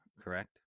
correct